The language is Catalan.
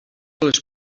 les